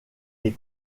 des